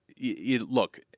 look—